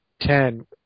ten